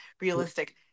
realistic